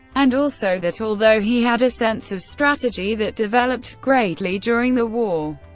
and also that although he had a sense of strategy that developed greatly during the war,